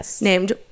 named